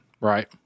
right